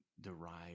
derived